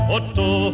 Otto